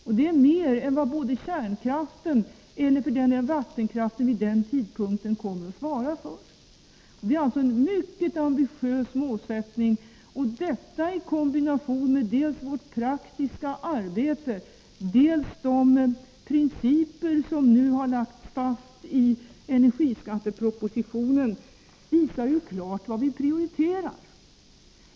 Detta är mer än vad kärnkraften, eller för den delen vattenkraften, vid den tidpunkten kommer att svara för. Målsättningen är alltså mycket ambitiös, och detta i kombination dels med vårt praktiska arbete, dels med de principer som nu har lagts fast i energiskattepropositionen visar ju klart vad vi prioriterar.